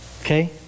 Okay